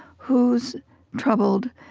who's troubled,